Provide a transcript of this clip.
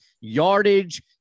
yardage